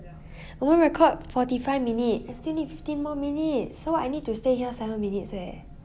我们 record forty five minute I think need fifteen more minutes so I need to stay here seven minutes eh